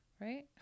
Right